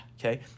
Okay